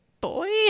boy